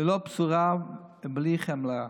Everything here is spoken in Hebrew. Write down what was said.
ללא בשורה ובלי חמלה.